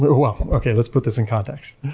well, okay, let's put this in context.